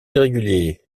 irréguliers